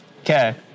Okay